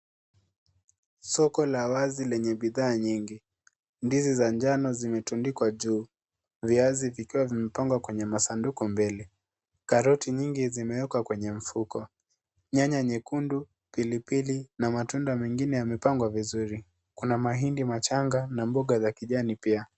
Soko la wazi lenye bidhaa nyingi. Ndizi za njano zimetundikwa juu, viazi vikiwa vimepangwa kwenye masanduku mbele, karoti nyingi zimeekwa kwenye mfuko, nyanya nyekundu, pilipili na matunda mengine yamepangwa vizuri. Kuna mahindi machanga na mboga za kijani pia.